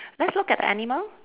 let's look at the animal